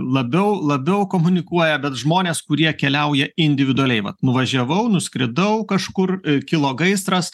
labiau labiau komunikuoja bet žmonės kurie keliauja individualiai vat nuvažiavau nuskridau kažkur kilo gaisras